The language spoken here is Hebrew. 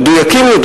מדויקים יותר,